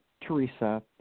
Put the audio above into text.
Teresa